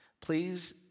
Please